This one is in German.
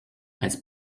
als